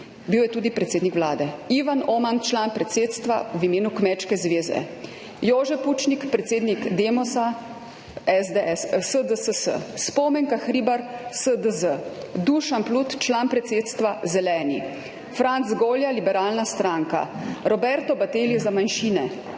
bil je tudi predsednik vlade; Ivan Oman, član predsedstva v imenu Kmečke zveze; Jože Pučnik, predsednik Demosa, SDSS; Spomenka Hribar SDZ; Dušan Plut, član predsedstva, Zeleni; Franc Golija Liberalna stranka; Roberto Battelli za manjšine;